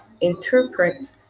interpret